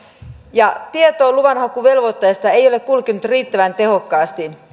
ja tieto luvanhakuvelvoitteesta ei ole kulkenut riittävän tehokkaasti